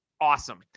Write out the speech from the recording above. awesome